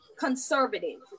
conservative